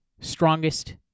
strongest